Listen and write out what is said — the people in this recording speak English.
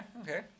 Okay